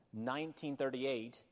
1938